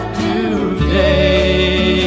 today